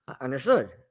Understood